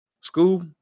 School